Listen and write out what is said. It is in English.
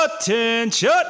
attention